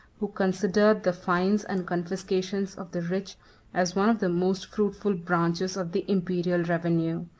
who considered the fines and confiscations of the rich as one of the most fruitful branches of the imperial revenue.